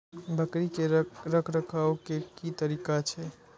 बकरी के रखरखाव के कि तरीका छै?